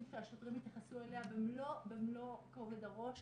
שהשוטרים יתייחסו אליה במלוא כובד הראש.